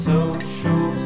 Social